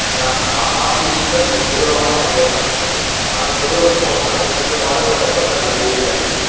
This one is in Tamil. நான் நா நார்த் ஈஸ்ட்டில் ஒரு கொடூரமான சம்பவம் நடந்துச்சு ஆனால் அந்த கொடூர சம்பவம் நடந்து இரண்டு மாதங்களுக்கு அப்பறம் தான் அது வெளியேவே வந்துச்சு